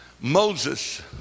Moses